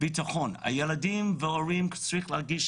הילדים וההורים צריכים להרגיש